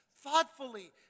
thoughtfully